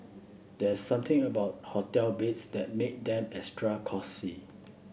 there's something about hotel beds that make them extra cosy